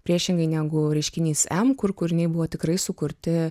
priešingai negu reiškinys m kur kūriniai buvo tikrai sukurti